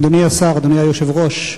אדוני השר, אדוני היושב-ראש,